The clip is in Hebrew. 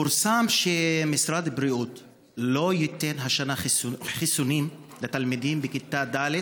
פורסם שמשרד הבריאות לא ייתן השנה חיסונים לתלמידים בכיתה ד',